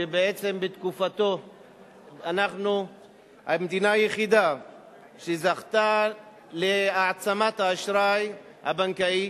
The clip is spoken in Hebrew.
שבעצם בתקופתו אנחנו המדינה היחידה שזכתה להעצמת האשראי הבנקאי